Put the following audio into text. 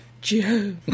Joe